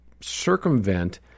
circumvent